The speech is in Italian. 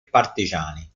partigiani